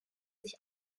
sich